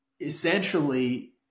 essentially